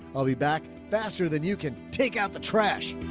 i'll be back faster than you can take out the trash.